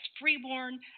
freeborn